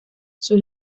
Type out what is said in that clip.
sus